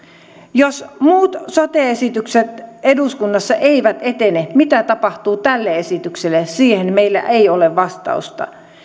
jos muut sote esitykset eduskunnassa eivät etene mitä tapahtuu tälle esitykselle siihen meillä ei ole vastausta